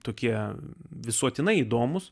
tokie visuotinai įdomūs